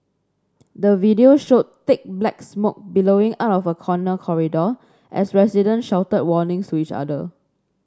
the video showed thick black smoke billowing out of a corner corridor as residents shouted warnings to each other